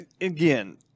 Again